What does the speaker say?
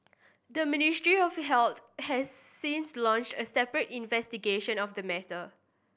the Ministry of Health has since launched a separate investigation of the matter